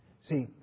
See